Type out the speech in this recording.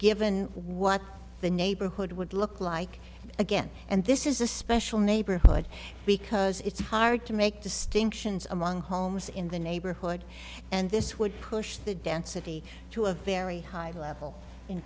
given what the neighborhood would look like again and this is a special neighborhood because it's hard to make distinctions among homes in the neighborhood and this would push the density to a very high level in